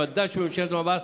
תאגיד השידור,